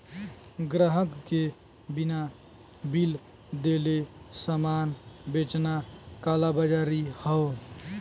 ग्राहक के बिना बिल देले सामान बेचना कालाबाज़ारी हौ